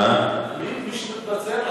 בינתיים מי שמתבצר,